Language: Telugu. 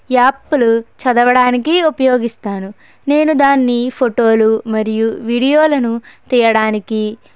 యాప్లు చదవడానికి ఉపయోగిస్తాను నేను దాన్ని ఫోటోలు మరియు వీడియోలను తీయడానికి